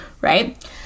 Right